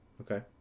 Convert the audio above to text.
Okay